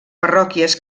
parròquies